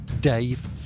Dave